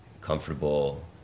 comfortable